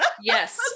Yes